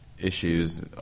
issues